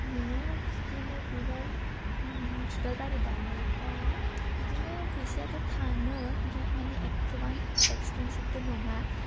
न'आव बिदिनो बिबार बिबार बारि बानायबा बिदिनो फैसायाथ' थाङो ओमफ्राय माने एत्थ'बां एक्सपेनसिभ बो नङा